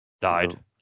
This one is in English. Died